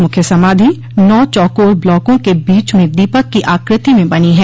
मुख्य समाधि नौ चौकोर ब्लॉकों के बीच में दीपक की आकृति में बनी है